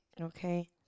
Okay